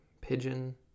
Pigeon